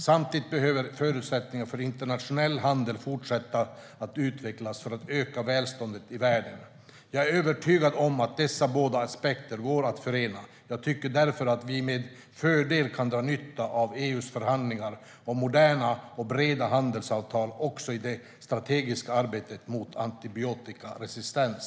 Samtidigt behöver förutsättningarna för internationell handel fortsätta att utvecklas för att öka välståndet i världen. Jag är övertygad om att dessa båda aspekter går att förena. Jag tycker därför att vi med fördel kan dra nytta av EU:s förhandlingar om moderna och breda handelsavtal också i det strategiska arbetet mot antibiotikaresistens.